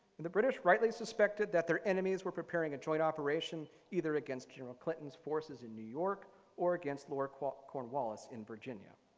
and the british rightly suspected that their enemies were preparing a joint operation either against general clinton's forces in new york or against lord cornwallis in virginia.